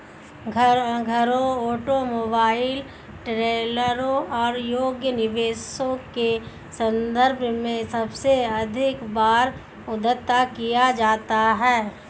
घरों, ऑटोमोबाइल, ट्रेलरों योग्य निवेशों के संदर्भ में सबसे अधिक बार उद्धृत किया जाता है